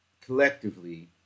collectively